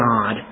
God